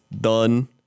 done